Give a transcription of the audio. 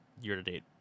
year-to-date